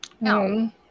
no